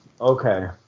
Okay